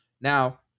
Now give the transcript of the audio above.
now